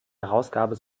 herausgabe